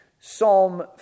Psalm